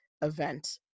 event